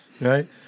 right